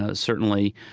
ah certainly,